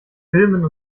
filmen